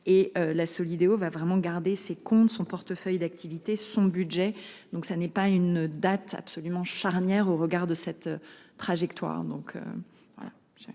et la Solideo va vraiment garder ses comptes, son portefeuille d'activités, son budget, donc ça n'est pas une date absolument charnière au regard de cette trajectoire